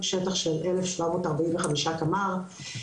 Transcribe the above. שטח של 1,745 קמ"ר,